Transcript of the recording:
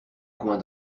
coins